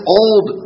old